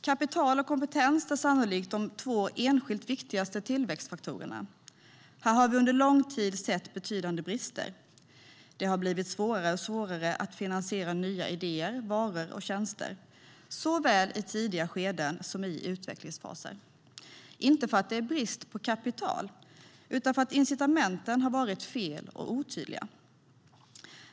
Kapital och kompetens är sannolikt de två enskilt viktigaste tillväxtfaktorerna. Här har vi under lång tid sett betydande brister. Det har blivit svårare och svårare att finansiera nya idéer, varor och tjänster, såväl i tidiga skeden som i utvecklingsfaser - inte för att det är brist på kapital, utan för att incitamenten har varit felaktiga och otydliga.